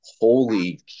holy